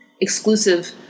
exclusive